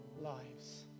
lives